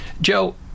Joe